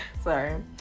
Sorry